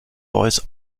voice